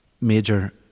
major